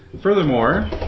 Furthermore